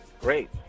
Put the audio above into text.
great